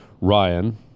ryan